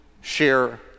share